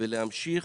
ולהמשיך